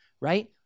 right